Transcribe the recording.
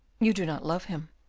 you do not love him?